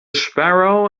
sparrow